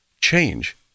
change